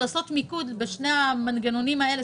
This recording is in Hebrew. אני מבקשת לעשות מיקוד בשני המנגנונים האלה,